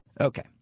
Okay